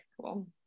cool